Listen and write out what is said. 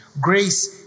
Grace